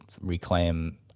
reclaim